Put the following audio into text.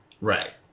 Right